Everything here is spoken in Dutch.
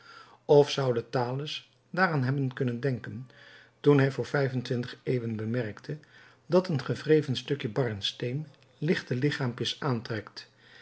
of zoude thales daaraan hebben kunnen denken toen hij voor vijfentwintig eeuwen bemerkte dat een gewreven stukje barnsteen lichte lichaampjes aantrekt